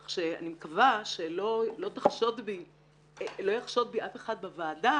כך שאני מקווה שלא יחשוד בי אף אחד בוועדה